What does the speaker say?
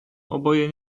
oboje